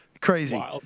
Crazy